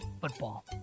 Football